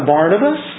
Barnabas